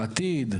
בעתיד,